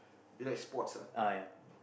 you like sports ah